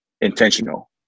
intentional